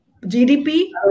GDP